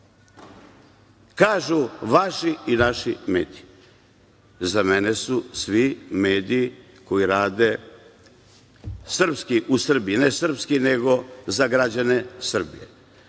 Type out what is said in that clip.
Kažu, vaši i naši mediji. Za mene su svi mediji koji rade srpski u Srbiji, ne srpski nego za građane Srbije,